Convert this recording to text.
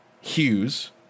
Hughes